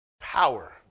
power